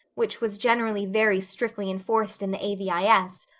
which was generally very strictly enforced in the a v i s,